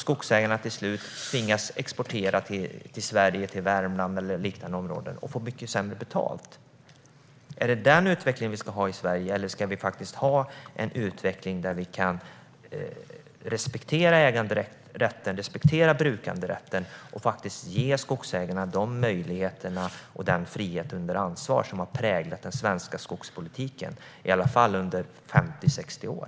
Skogsägarna tvingas till slut exportera till Sverige, Värmland eller liknande områden, och får mycket sämre betalt. Är det den utvecklingen vi ska ha i Sverige? Eller ska vi ha en utveckling där vi kan respektera äganderätten och brukanderätten och ge skogsägarna de möjligheterna och den frihet under ansvar som har präglat den svenska skogspolitiken under i varje fall 50-60 år?